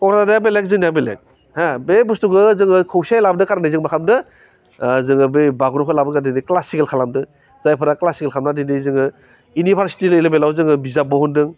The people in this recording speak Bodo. क'क्राझारनिया बेलेग जोंनिया बेलेग होह बे बुस्थुखौ जोङो खौसेयै लाबोनो खार'नै जोङो मा खालामदों जोङो बै बागुरुमखौ लाबोनो थाखाय दिनै जों क्लासिकेल खालामदों जायफोरा क्लासिकेल खालामनानै दिनै जोङो इनिभारसिटि लेभेलाव जोङो बिजाब दिहुनदों